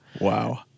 Wow